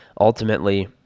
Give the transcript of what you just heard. ultimately